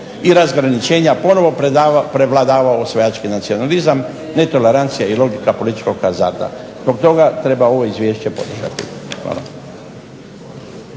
i razgraničenja ponovno prevladavao osvajački nacionalizam netolerancija i logika političkog hazarda. Zbog toga treba ovo Izvješće podržati.